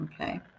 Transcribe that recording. okay